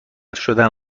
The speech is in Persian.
شدن